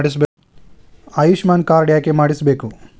Ayushman card ಯಾಕೆ ಮಾಡಿಸಬೇಕು?